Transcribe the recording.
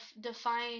define